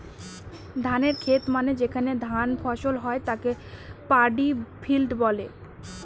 ধানের খেত মানে যেখানে ধান ফসল হয় তাকে পাডি ফিল্ড বলে